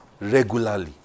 regularly